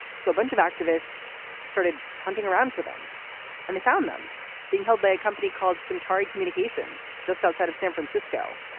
so a bunch of activists started hunting around for them and they found them being held by a company called sentry communications just outside of san francisco.